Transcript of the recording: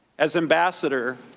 as ambassador,